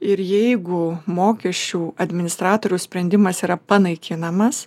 ir jeigu mokesčių administratoriaus sprendimas yra panaikinamas